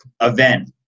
event